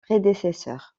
prédécesseurs